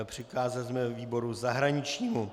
Přikázali jsme výboru zahraničnímu.